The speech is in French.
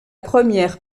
première